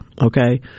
okay